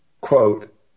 Quote